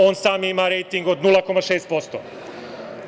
On sam ima rejting od 0,6%